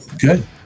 good